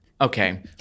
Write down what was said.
Okay